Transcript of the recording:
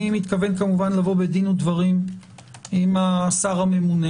אני מתכוון לבוא בדין ודברים עם השר הממונה